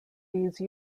these